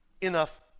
enough